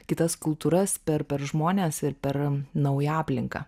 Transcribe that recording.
kitas kultūras per per žmones ir per naują aplinką